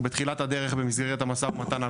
אנחנו בתחילת הדרך במסגרת המו"מ על